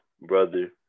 Brother